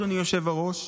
אדוני היושב-ראש,